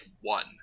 one